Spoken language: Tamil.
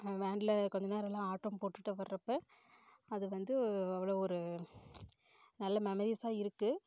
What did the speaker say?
வேன்ல கொஞ்சம் நேரம் எல்லாம் ஆட்டம் போட்டுட்டு வர்றப்ப அது வந்து அவ்வளோ ஒரு நல்ல மெமரீஸாக இருக்குது